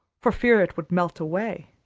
for fear it would melt away.